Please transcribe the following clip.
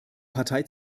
partei